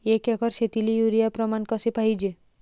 एक एकर शेतीले युरिया प्रमान कसे पाहिजे?